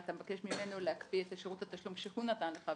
ואתה מבקש ממנו להקפיא את שרות התשלום שהוא נתן לך,